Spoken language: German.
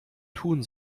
tun